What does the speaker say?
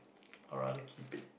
I rather keep it